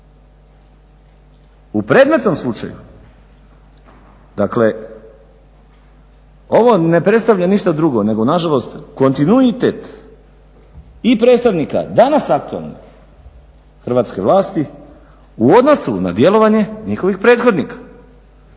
U predmetnom slučaju dakle ovo ne predstavlja ništa drugo nego nažalost kontinuitet i predstavnika danas akutalne hrvatske vlasti u odnosu na djelovanje njihovih prethodnika.